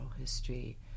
history